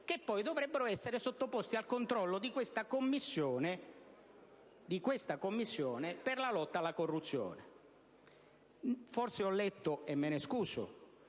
che poi dovrebbero essere sottoposti al controllo di questa Commissione per la lotta alla corruzione. Forse ho letto, e me ne scuso,